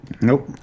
nope